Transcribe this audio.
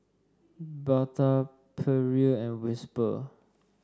Bata Perrier and Whisper